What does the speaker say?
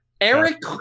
Eric